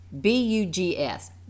B-U-G-S